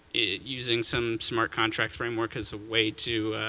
using some smart contract framework as a way to,